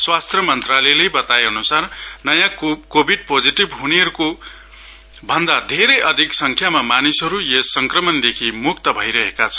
स्वास्थ्य मन्त्रालयले बताए अनुसार नयाँ कोविड पोजिटिभ हुनेहरुको भन्दा धेरै अधिक संख्यामा मानिसहरु यस संक्रमणदेखि मुक्त भइरहेका छन्